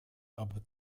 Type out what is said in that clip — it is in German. aber